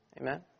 amen